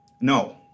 No